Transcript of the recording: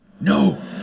No